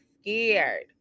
scared